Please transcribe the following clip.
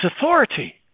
authority